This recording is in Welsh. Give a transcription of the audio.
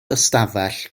ystafell